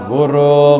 Guru